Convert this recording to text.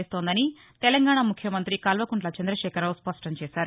వేస్తోందని తెలంగాణ ముఖ్యమంతి కల్వకుంట్ల చంద్రశేఖరరావు స్పష్టంచేశారు